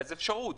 אז אפשרות.